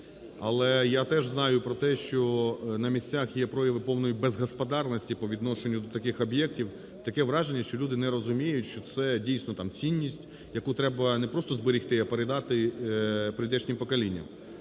Але я теж знаю про те, що на місцях є прояви повної безгосподарності по відношенню до таких об'єктів. Таке враження, що люди не розуміють, що це дійсно там цінність, яку треба не просто зберегти, а передати прийдешнім поколінням.